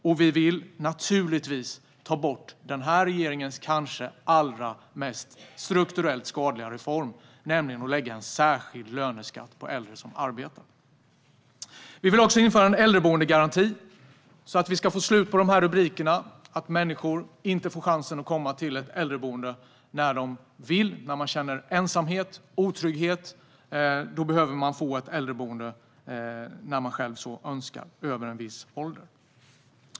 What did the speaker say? Och vi vill naturligtvis ta bort den här regeringens kanske allra mest strukturellt skadliga reform, nämligen att lägga en särskild löneskatt på äldre som arbetar. Vi vill också införa en äldreboendegaranti så att vi får slut på rubrikerna om att människor inte får chansen att komma till ett äldreboende när de vill och känner ensamhet och otrygghet. Över en viss ålder ska man få äldreboende när man själv så önskar.